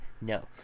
no